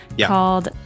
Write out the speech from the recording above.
called